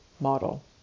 model